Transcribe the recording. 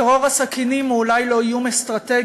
טרור הסכינים הוא אולי לא איום אסטרטגי